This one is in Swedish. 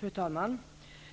Fru talman!